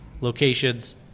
locations